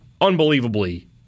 unbelievably